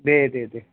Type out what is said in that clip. दे दे दे